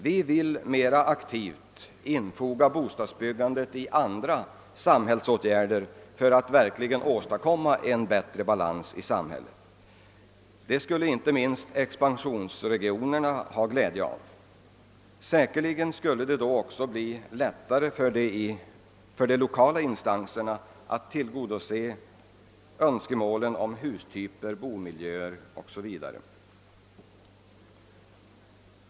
Vi vill mera aktivt infoga bostadsbyggandet i andra samhällsåtgärder för att verkligen åstadkomma en bättre balans i samhället. Detta skulle inte minst expansionsregionerna ha glädje av och säkerligen skulle det då också bli lättare för de lokala instanserna att tillgodose önskemålen om hustyper, boendemiljö etc.